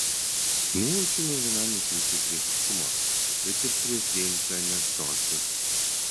nejaučiu nė vienam iš jūsų priešiškumo bet ir prieš džeimsą nestosiu